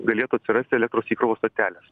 galėtų atsirasti elektros įkrovos stotelės